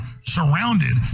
surrounded